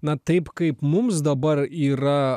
na taip kaip mums dabar yra